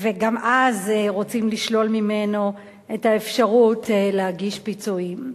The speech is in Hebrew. וגם אז רוצים לשלול ממנו את האפשרות להגיש תביעת פיצויים.